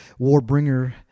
Warbringer